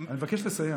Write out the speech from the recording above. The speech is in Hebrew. אני מבקש לסיים.